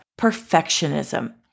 perfectionism